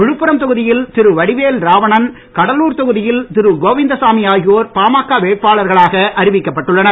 விழுப்புரம் தொகுதியில் திரு வடிவேல் ராவணன் கடலூர் தொகுதியில் திரு கோவிந்தசாமி ஆகியோர் பாமக வேட்பாளர்களாக அறிவிக்கப்பட்டுள்ளனர்